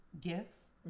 gifts